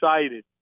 excited